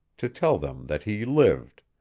to tell them that he lived